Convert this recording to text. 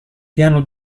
piano